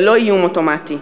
ולא איום אוטומטי.